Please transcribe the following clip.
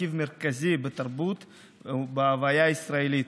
מרכיב מרכזי בתרבות ובהוויה הישראלית.